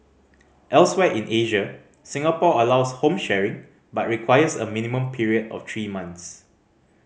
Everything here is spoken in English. elsewhere in Asia Singapore allows home sharing but requires a minimum period of three months